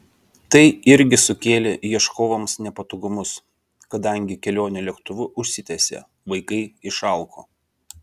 tai irgi sukėlė ieškovams nepatogumus kadangi kelionė lėktuvu užsitęsė vaikai išalko